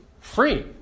free